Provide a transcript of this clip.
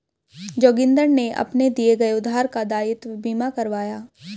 जोगिंदर ने अपने दिए गए उधार का दायित्व बीमा करवाया